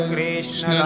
Krishna